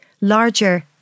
larger